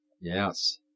Yes